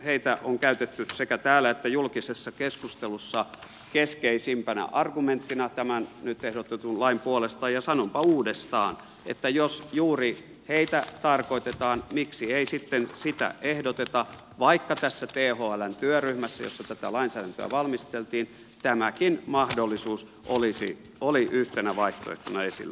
heitä on käytetty sekä täällä että julkisessa keskustelussa keskeisimpänä argumenttina tämän nyt ehdotetun lain puolesta ja sanonpa uudestaan että jos juuri heitä tarkoitetaan miksi ei sitten sitä ehdoteta vaikka tässä thln työryhmässä jossa tätä lainsäädäntöä valmisteltiin tämäkin mahdollisuus oli yhtenä vaihtoehtona esillä